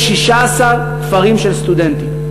יש 16 כפרים של סטודנטים.